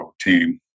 team